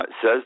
says